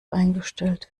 eingestellt